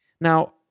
Now